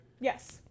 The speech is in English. Yes